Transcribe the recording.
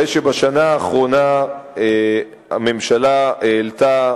הרי שבשנה האחרונה הממשלה העלתה